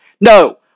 No